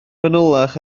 fanylach